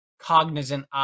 cognizant